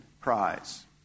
Prize